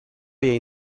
jej